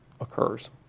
occurs